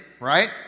right